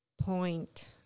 point